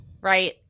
right